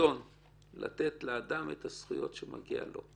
רצון לתת לאדם את הזכויות שמגיעות לו.